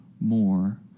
more